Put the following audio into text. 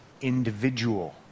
Individual